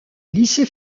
lycée